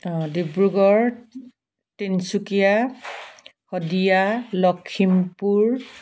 অঁ ডিব্ৰুগড় তিনিচুকীয়া শদিয়া লখিমপুৰ